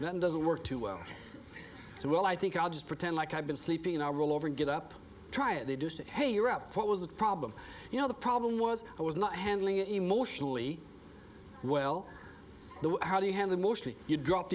that doesn't work too well so well i think i'll just pretend like i've been sleeping in a roll over get up try it they do say hey you're up what was the problem you know the problem was i was not handling it emotionally well the how do you handle mostly you dropped